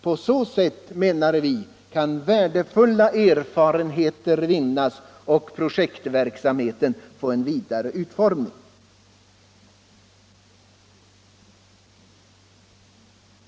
På så sätt kan menar vi, värdefulla erfarenheter vinnas och projektverksamheten få en vidare utformning.